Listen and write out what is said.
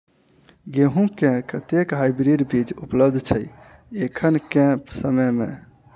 गेंहूँ केँ कतेक हाइब्रिड बीज उपलब्ध छै एखन केँ समय मे?